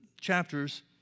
chapters